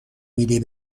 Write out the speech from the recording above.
میدی